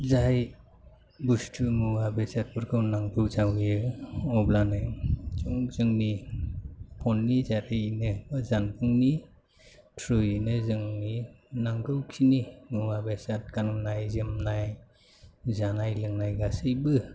जाय बुस्तु मुवा बेसादफोरखौ नांगौ जायो अब्लानो जोंनि फ'ननि दारैयैनो एबा जानबुंनि थ्रुयैनो जोंनि नांगौखिनि मुवा बेसाद गाननाय जोमनाय जानाय लोंनाय गासैबो